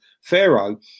Pharaoh